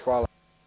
Hvala.